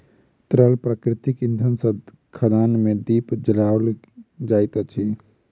तरल प्राकृतिक इंधन सॅ खदान मे दीप जराओल जाइत अछि